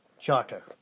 charter